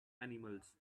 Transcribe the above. animals